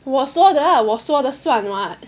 我说的 lah 我说了算 [what]